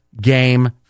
game